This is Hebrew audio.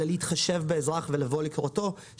אלא להתחשב באזרח ולבוא לקראתו.